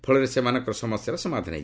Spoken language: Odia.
ଫଳରେ ସେମାନଙ୍କର ସମସ୍ୟାର ସମାଧାନ ହେବ